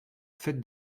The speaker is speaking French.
tête